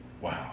Wow